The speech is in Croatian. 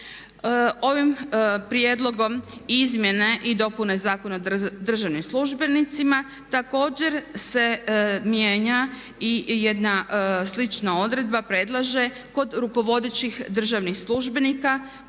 Ovim prijedlogom izmjene i dopune zakona državnim službenicima također se mijenja i jedna slična odredba, predlaže kod rukovodećih državnih službenika